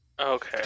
Okay